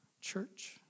church